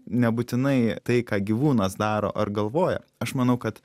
nebūtinai tai ką gyvūnas daro ar galvoja aš manau kad